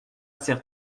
certains